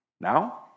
Now